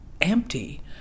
empty